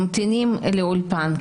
ממתינים לאולפן,